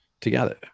together